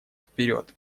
вперед